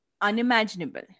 unimaginable